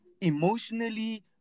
emotionally